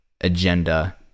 agenda